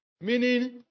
Meaning